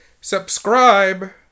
subscribe